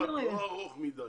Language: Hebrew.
לא ארוך מדי.